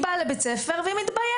היא באה לבית הספר ומתביישת.